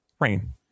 rain